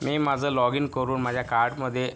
मी माझं लॉगिन करून माझ्या कार्टमध्ये